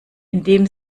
indem